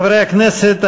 חברי הכנסת,